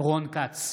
רון כץ,